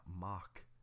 mock